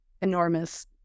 enormous